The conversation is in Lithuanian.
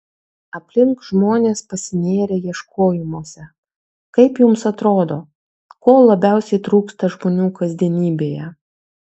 aplink žmonės pasinėrę ieškojimuose kaip jums atrodo ko labiausiai trūksta žmonių kasdienybėje